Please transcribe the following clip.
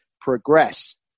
progress